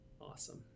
Awesome